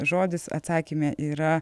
žodis atsakyme yra